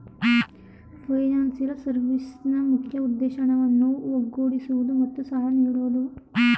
financial ಸರ್ವಿಸ್ನ ಮುಖ್ಯ ಉದ್ದೇಶ ಹಣವನ್ನು ಒಗ್ಗೂಡಿಸುವುದು ಮತ್ತು ಸಾಲ ನೀಡೋದು